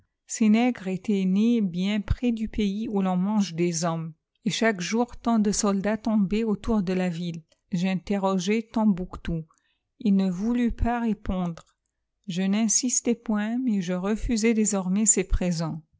ces nègres étaient nés bien près du pays où l'on mange des hommes et chaque jour tant de soldats tombaient autour de la ville j'interrogeai tombouctou ii ne voulut pas répondre je n'insistai point mais je refusai désormais ses présents